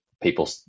people